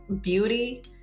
Beauty